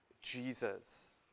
Jesus